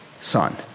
son